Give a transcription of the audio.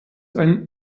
ein